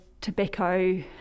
tobacco